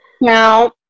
Now